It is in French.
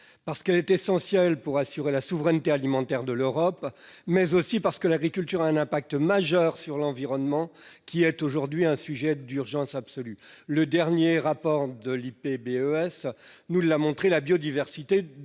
parce qu'elle est essentielle pour assurer la souveraineté alimentaire de l'Europe, mais aussi parce que l'agriculture a un impact majeur sur l'environnement, qui est aujourd'hui un sujet d'urgence absolu. Le dernier rapport de l'IPBES nous l'a montré : la biodiversité,